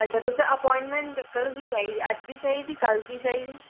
अच्छा तुसें एपाइंटमैंट कदूं दी चाहिदी अज्ज दी चाहिदी कल्ल दी चाहिदी